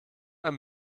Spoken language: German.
ein